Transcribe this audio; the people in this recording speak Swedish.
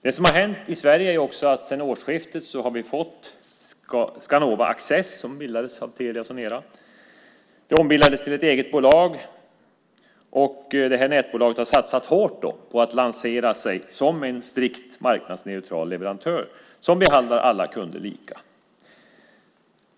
Det som hänt i Sverige är också att vi sedan årsskiftet har Skanova Access som bildades av Telia Sonera. Det ombildades till ett eget bolag. Det här nätbolaget har satsat hårt på att lansera sig som en strikt marknadsneutral leverantör som behandlar alla kunder lika.